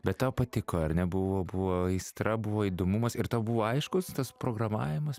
bet tau patiko ar ne buvo buvo aistra buvo įdomumas ir tau buvo aiškus tas programavimas